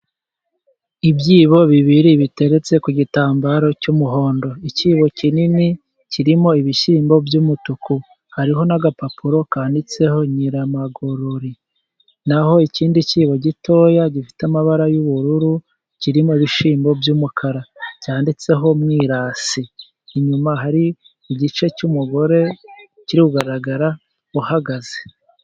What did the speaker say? Ibyibo bibiri biteretse ku gitambaro cy'umuhondo, ikibo kinini kirimo ibishyimbo by'umutuku, hariho n'agapapuro kanditseho nyiramagori, naho ikindi kibo gitoya gifite amabara y'ubururu, kirimo ibishyimbo by'umukara, cyanditseho umwirasi, inyuma hari igice cy'umugore kirikugaragara uhagaze.